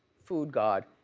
foodgod